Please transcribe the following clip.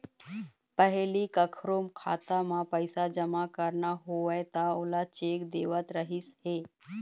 पहिली कखरो खाता म पइसा जमा करना होवय त ओला चेक देवत रहिस हे